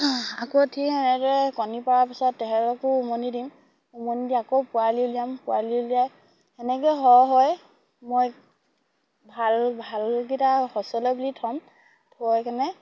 আকৌ ঠিক সেনেদৰে কণী পৰা পিছত তেহেঁতকো উমনি দিম উমনি দি আকৌ পোৱালি উলিয়াম পোৱালি উলিয়াই সেনেকে সৰহ হয় ভাল ভালকেইটা সঁচলে বুলি থম থৈ কিনে